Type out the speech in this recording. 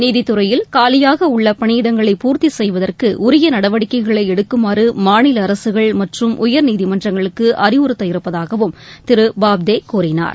நீதித்துறையில் காலியாக உள்ள பணியிடங்களை பூர்த்தி செய்வதற்கு உரிய நடவடிக்கைகளை எடுக்குமாறு மாநில அரசுகள் மற்றும் உயர்நீதிமன்றங்களுக்கு அறிவுறுத்தவிருப்பதாகவும் திரு பாப்தே கூறினார்